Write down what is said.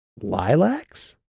Lilacs